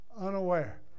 unaware